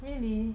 really